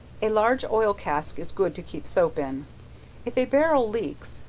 a large oil cask is good to keep soap in. if a barrel leaks,